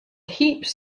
heaps